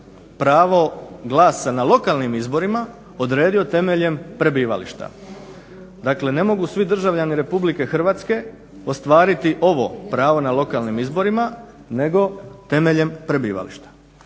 pravo glasa na lokalnim izborima odredio temeljem prebivališta. Dakle, ne mogu svi državljani RH ostvariti ovo pravo na lokalnim izborima nego temeljem prebivališta.